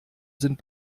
sind